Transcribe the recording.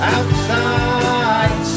Outside